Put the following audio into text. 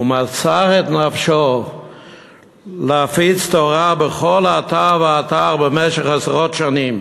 ומסר את נפשו להפיץ תורה בכל אתר ואתר במשך עשרות שנים.